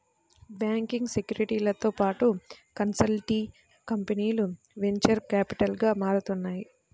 banking, సెక్యూరిటీలతో పాటు consultancy కంపెనీలు వెంచర్ క్యాపిటల్గా మారుతున్నాయి